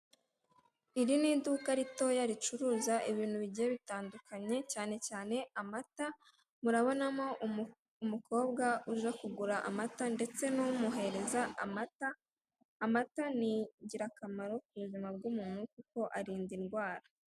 Iri ni iduka ritoya ricuruza ibintu bigiye bitandukanye cyane cyane amata, murabonamo umukobwa uje kugura amata ndetse n'umuhereza amata, amata ningirakamaro kubuzima bw'umuntu kuko arinda indwara.